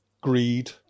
greed